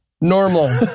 normal